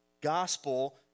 gospel